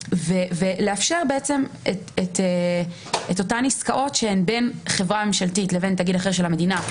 לאפשר את אותן עסקאות שהן בין חברה ממשלתית לבין תאגיד אחר של המדינה,